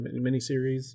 miniseries